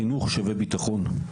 חינוך שווה ביטחון.